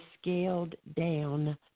scaled-down